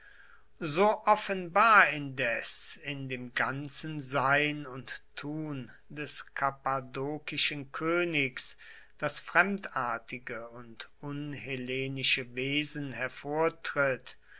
so offenbar indes in dem ganzen sein und tun des kappadokischen königs das fremdartige und unhellenische wesen hervortritt